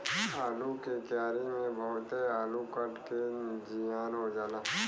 आलू के क्यारी में बहुते आलू कट के जियान हो जाला